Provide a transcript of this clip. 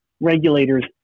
regulators